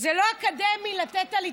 זה לא אקדמי לתת על התנדבות.